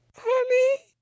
Honey